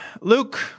Luke